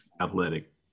athletic